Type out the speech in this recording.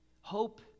Hope